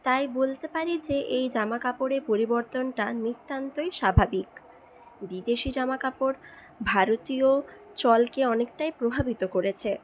তাই বলতে পারি যে এই জামকাপড়ের পরিবর্তনটা নিতান্তই স্বাভাবিক বিদেশী জামাকাপড় ভারতীয় চলকে অনেকটাই প্রভাবিত করেছে